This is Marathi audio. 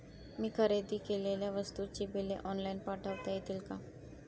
मी खरेदी केलेल्या वस्तूंची बिले ऑनलाइन पाठवता येतील का?